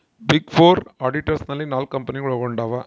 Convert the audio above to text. big four auditors ನಲ್ಲಿ ನಾಲ್ಕು ಕಂಪನಿಗಳು ಒಳಗೊಂಡಿವ